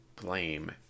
blame